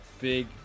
big